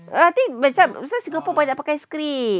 no I think macam pasal singapore banyak pakai script